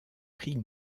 prix